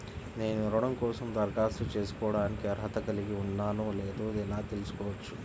నేను రుణం కోసం దరఖాస్తు చేసుకోవడానికి అర్హత కలిగి ఉన్నానో లేదో ఎలా తెలుసుకోవచ్చు?